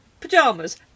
Pajamas